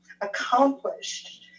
accomplished